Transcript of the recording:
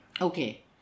Okay